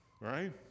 right